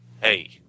Hey